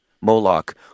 Moloch